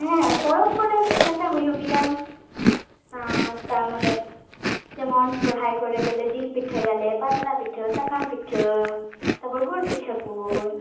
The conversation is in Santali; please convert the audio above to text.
ᱦᱮᱸ ᱯᱚᱨᱚᱵᱽ ᱠᱚᱫᱚ ᱯᱤᱴᱷᱟᱹᱞᱟᱴᱷᱚ ᱦᱩᱭᱩᱜ ᱜᱮᱭᱟ ᱟᱨ ᱛᱟᱱᱚᱱᱮ ᱡᱮᱢᱚᱱ ᱥᱚᱨᱦᱟᱭ ᱠᱚᱨᱮ ᱫᱚᱞᱮ ᱡᱤᱞ ᱯᱤᱴᱷᱟᱹ ᱟᱞᱮ ᱯᱟᱛᱨᱟ ᱯᱤᱴᱷᱟᱹ ᱥᱟᱠᱟᱢ ᱯᱤᱴᱷᱟᱹ ᱛᱟᱨᱯᱚᱨ ᱜᱩᱲᱯᱤᱴᱷᱟᱹ ᱠᱚ